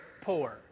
poor